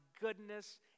goodness